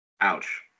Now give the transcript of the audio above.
Ouch